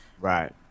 Right